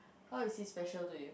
how is he special to you